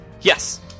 yes